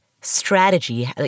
strategy